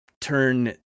turn